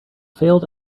failed